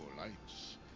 lights